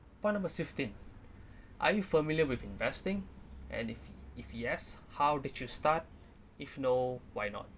point number fifteen are you familiar with investing and if if yes how did you start if no why not